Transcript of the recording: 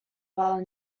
while